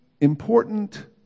important